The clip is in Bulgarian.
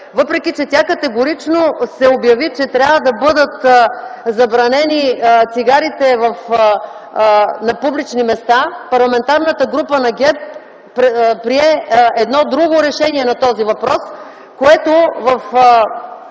въпреки че тя категорично се обяви, че трябва да бъдат забранени цигарите на публични места. Парламентарната група на ГЕРБ прие едно друго решение на този въпрос, което в